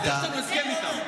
יש לנו הסכם איתם.